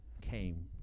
came